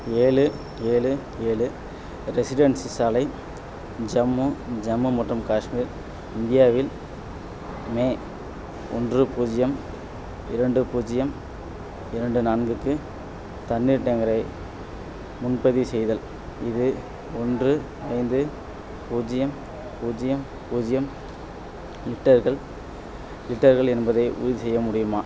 ஏழு ஏழு ஏழு ரெசிடென்சி சாலை ஜம்மு ஜம்மு மற்றும் காஷ்மீர் இந்தியாவில் மே ஒன்று பூஜ்ஜியம் இரண்டு பூஜ்ஜியம் இரண்டு நான்குக்கு தண்ணீர் டேங்கரை முன்பதிவு செய்தல் இது ஒன்று ஐந்து பூஜ்ஜியம் பூஜ்ஜியம் பூஜ்ஜியம் லிட்டர்கள் லிட்டர்கள் என்பதை உறுதி செய்ய முடியுமா